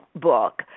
Book